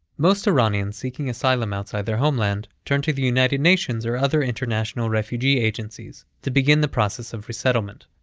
most iranians seeking asylum outside their homeland, turn to the united nations or other international refugee agencies to begin the process of resettlement.